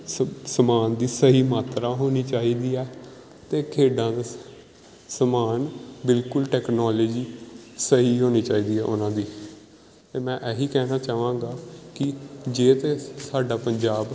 ਸਮ ਸਮਾਨ ਦੀ ਸਹੀ ਮਾਤਰਾ ਹੋਣੀ ਚਾਹੀਦੀ ਹੈ ਅਤੇ ਖੇਡਾਂ ਵਿੱਚ ਸਮਾਨ ਬਿਲਕੁਲ ਟੈਕਨੋਲੋਜੀ ਸਹੀ ਹੋਣੀ ਚਾਹੀਦੀ ਹੈ ਉਹਨਾਂ ਦੀ ਅਤੇ ਮੈਂ ਇਹ ਹੀ ਕਹਿਣਾ ਚਾਹਾਂਗਾ ਕਿ ਜੇ ਤਾਂ ਸਾਡਾ ਪੰਜਾਬ